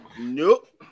Nope